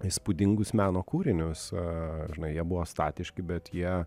įspūdingus meno kūrinius a žinai jie buvo statiški bet jie